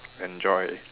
enjoy